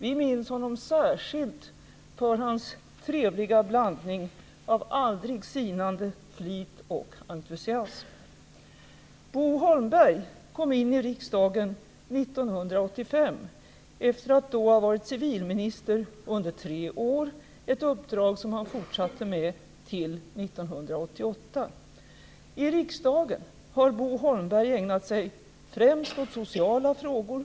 Vi minns honom särskilt för hans trevliga blandning av aldrig sinande flit och entusiasm. Bo Holmberg kom in i riksdagen 1985 efter att då ha varit civilminister under tre år, ett uppdrag han fortsatte med fram till 1988. I riksdagen har Bo Holmberg ägnat sig främst åt sociala frågor.